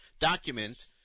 document